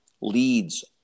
leads